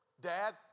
Dad